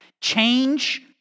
Change